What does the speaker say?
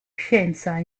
scienza